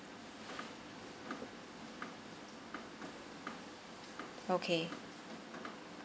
okay